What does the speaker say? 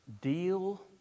deal